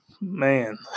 Man